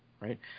Right